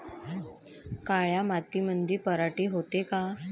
काळ्या मातीमंदी पराटी होते का?